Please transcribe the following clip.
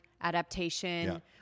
adaptation